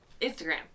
Instagram